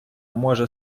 може